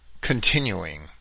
Continuing